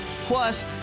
Plus